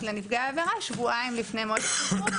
לנפגע העבירה שבועיים לפני מועד השחרור,